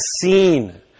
seen